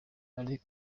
ari